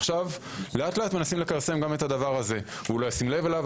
עכשיו לאט-לאט מנסים לכרסם גם את הדבר הזה הוא לא ישים לב אליו,